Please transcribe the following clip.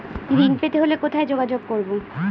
ঋণ পেতে হলে কোথায় যোগাযোগ করব?